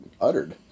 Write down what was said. uttered